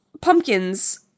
pumpkins